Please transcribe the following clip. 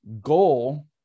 goal